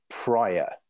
prior